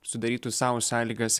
sudarytų sau sąlygas